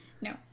No